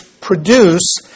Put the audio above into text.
produce